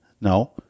No